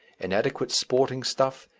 inadequate sporting stuff,